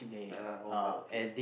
yeah lah oh but okay only